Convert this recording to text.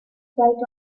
bright